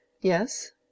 Yes